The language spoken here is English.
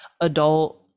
adult